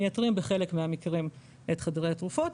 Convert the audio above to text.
מייתרים בחלק מהמקרים את חדרי התרופות,